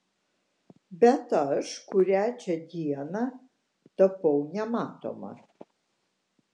bet aš kurią čia dieną tapau nematoma